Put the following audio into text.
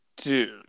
Dude